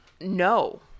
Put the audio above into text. no